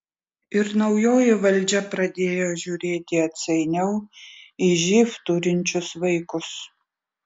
ir naujoji valdžia pradėjo žiūrėti atsainiau į živ turinčius vaikus